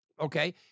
okay